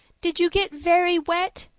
did you get very wet?